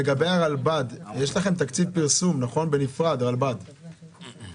לגבי הרלב"ד, יש לכם תקציב פרסום בנפרד, נכון?